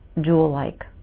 jewel-like